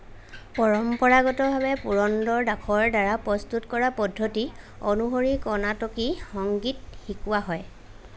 পৰম্পৰাগতভাৱে পুৰন্দৰ দাসৰ দ্বাৰা প্ৰস্তুত কৰা পদ্ধতি অনুসৰি কৰ্ণাটকী সংগীত শিকোৱা হয়